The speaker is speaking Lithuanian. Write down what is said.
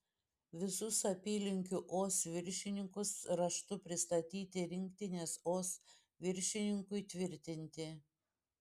visus apylinkių os viršininkus raštu pristatyti rinktinės os viršininkui tvirtinti